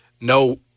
no